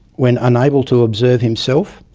when unable to observe himself,